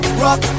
rock